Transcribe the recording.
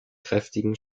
kräftigen